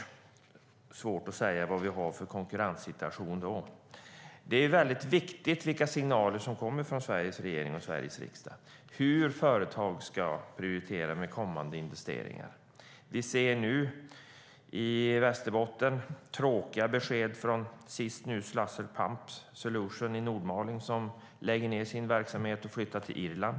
Det är svårt att säga vad vi har för konkurrenssituation då. Vilka signaler som kommer från Sveriges regering och Sveriges riksdag är viktigt för hur företag ska prioritera kommande investeringar. Vi ser i Västerbotten tråkiga besked, senast från Sulzer Pump Solution i Nordmaling. De lägger ned sin verksamhet och flyttar till Irland.